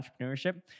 entrepreneurship